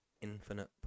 Infinite